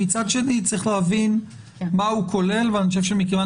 מצד שני צריך להבין מה הוא כולל ומכיוון